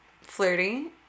flirty